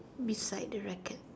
beside the racket